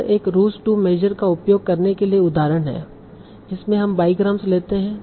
यह एक ROUGE 2 measure का उपयोग करने के लिए उदाहरण है जिसमे हम बाईग्राम्स लेते है